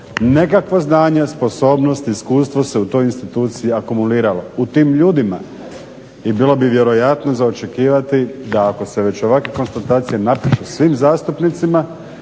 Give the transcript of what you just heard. nekakva znanja, sposobnosti i iskustva su se u toj instituciji akumulirala u tim ljudima i bilo bi vjerojatno za očekivati da ako se već ovakve konstatacije napišu svim zastupnicima